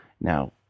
Now